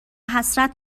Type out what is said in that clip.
حسرت